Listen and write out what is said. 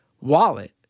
wallet